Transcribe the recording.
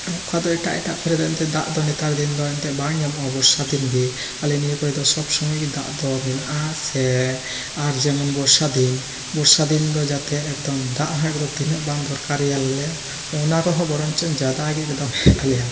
ᱚᱠᱟ ᱫᱚ ᱮᱴᱟᱜ ᱮᱴᱟᱜ ᱠᱚᱨᱮ ᱫᱚ ᱮᱱᱛᱮᱫ ᱫᱟᱜ ᱫᱚ ᱱᱮᱛᱟᱨ ᱫᱤᱱ ᱫᱚ ᱮᱱᱛᱮᱫ ᱵᱟᱝ ᱧᱟᱢᱚᱜᱼᱟ ᱵᱚᱨᱥᱟ ᱫᱤᱱ ᱜᱮ ᱟᱞᱮ ᱱᱤᱭᱟᱹ ᱠᱚᱨᱮ ᱫᱚ ᱥᱚᱵᱽᱥᱚᱢᱳᱭ ᱜᱮ ᱫᱟᱜ ᱫᱚ ᱢᱮᱱᱟᱜᱼᱟ ᱥᱮ ᱟᱨ ᱡᱮᱢᱚᱱ ᱵᱚᱨᱥᱟ ᱫᱤᱱ ᱵᱚᱨᱥᱟ ᱫᱤᱱ ᱫᱚ ᱡᱟᱛᱮ ᱮᱠᱫᱚᱱ ᱫᱟᱜ ᱦᱚᱸ ᱛᱤᱱᱟᱹᱜ ᱵᱟᱝ ᱫᱚᱨᱠᱟᱨᱮᱭᱟ ᱞᱮ ᱚᱱᱟ ᱠᱷᱚᱱ ᱦᱚᱸ ᱵᱚᱨᱚᱱ ᱪᱚᱝ ᱡᱟᱫᱟ ᱜᱮ ᱮᱠᱫᱚᱢ ᱦᱮᱡ ᱟᱞᱮᱭᱟ